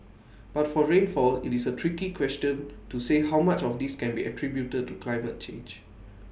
but for rainfall IT is A tricky question to say how much of this can be attributed to climate change